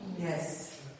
Yes